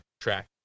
track